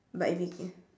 but if it is